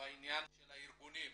בעניין של הארגונים,